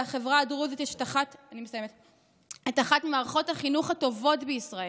לחברה הדרוזית יש את אחת ממערכות החינוך הטובות בישראל,